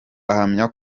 ahamya